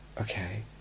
Okay